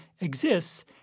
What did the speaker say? exists